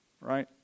right